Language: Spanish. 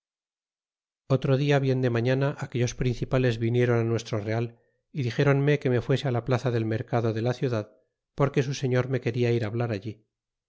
otro dia bien de mañana aquellos principales vinieron nuestro real y ditéronme que me fuese la plaza del mercado de la ciudad porque su señor me quena ir hablar a allí